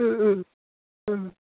ও ও ও